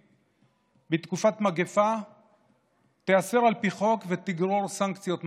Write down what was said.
בתקופת מגפה תיאסר על פי חוק ותגרור סנקציות מתאימות.